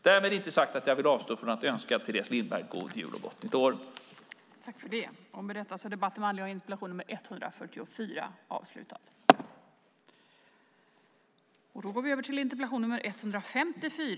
Därmed är det inte sagt att jag vill avstå från att önska Teres Lindberg en god jul och ett gott nytt år.